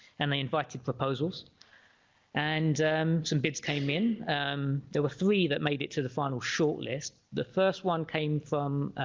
and they invited proposals and some bids came in there were three that made it to the final shortlist the first one came from